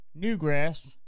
newgrass